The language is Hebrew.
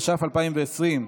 התש"ף 2020,